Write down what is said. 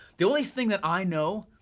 the only thing that i know,